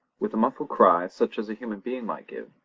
with a muffled cry, such as a human being might give,